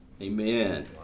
Amen